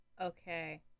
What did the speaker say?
Okay